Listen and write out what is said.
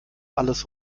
alles